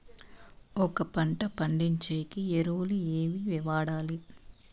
ఒక పంట పండించేకి ఎరువులు ఏవి వాడాలి?